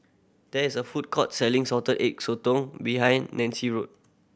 there is a food court selling Salted Egg Sotong behind Nancie Road